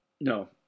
No